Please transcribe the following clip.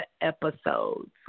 episodes